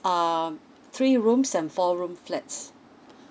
err three rooms and four room flats